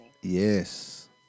Yes